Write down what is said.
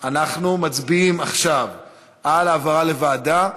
אנחנו מצביעים עכשיו על העברה לוועדה.